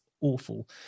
awful